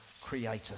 creator